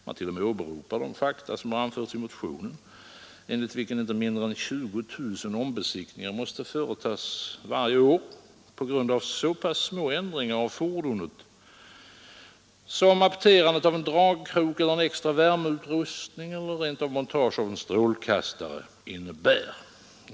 Man t.o.m. åberopar de fakta som anförts i motionen, enligt vilken inte mindre än 20 000 ombesiktningar måste företas varje år på grund av så små ändringar av fordonet som apterandet av en dragkrok eller extra värmeutrustning eller rent av montage av en strålkastare innebär.